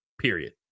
Period